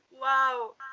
Wow